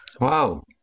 Wow